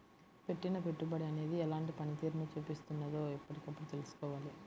పెట్టిన పెట్టుబడి అనేది ఎలాంటి పనితీరును చూపిస్తున్నదో ఎప్పటికప్పుడు తెల్సుకోవాలి